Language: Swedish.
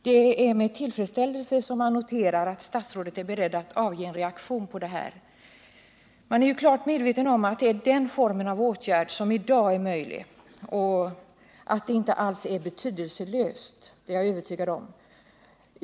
Det är med tillfredsställelse man noterar att statsrådet är beredd att avge en reaktion när det gäller könsdiskriminerande reklam. Vi är fullt medvetna om att en sådan reaktion är en form av åtgärd som i dag är möjlig och som inte alls är betydelselös — det är jag övertygad om.